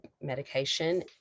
medication